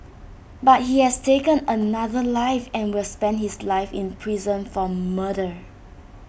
but he has taken another life and will spend his life in prison for murder